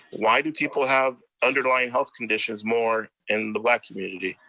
why do people have underlying health conditions more in the black community?